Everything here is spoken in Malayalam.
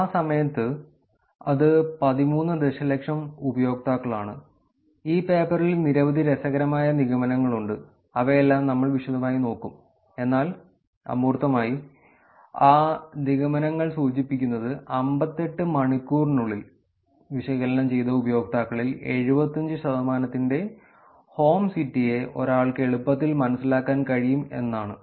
ആ സമയത്ത് അത് 13 ദശലക്ഷം ഉപയോക്താക്കളാണ് ഈ പേപ്പറിൽ നിരവധി രസകരമായ നിഗമനങ്ങളുണ്ട് അവയെല്ലാം നമ്മൾ വിശദമായി നോക്കും എന്നാൽ അമൂർത്തമായി ആ നിഗമനങ്ങൾ സൂചിപ്പിക്കുന്നത് 58 മണിക്കൂറിനുള്ളിൽ വിശകലനം ചെയ്ത ഉപയോക്താക്കളിൽ 75 ശതമാനത്തിന്റെ ഹോം സിറ്റിയെ ഒരാൾക്ക് എളുപ്പത്തിൽ മനസ്സിലാക്കാൻ കഴിയും എന്നാണ്